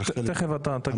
תיכף אתה תגיד את זה.